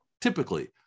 typically